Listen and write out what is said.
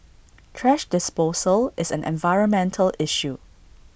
thrash disposal is an environmental issue